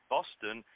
Boston